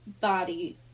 body